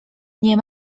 nie